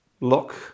lock